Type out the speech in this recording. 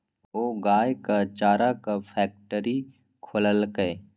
ओ गायक चाराक फैकटरी खोललकै